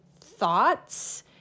thoughts